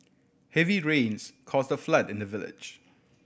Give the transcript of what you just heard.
heavy rains caused a flood in the village